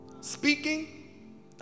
Speaking